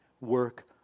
work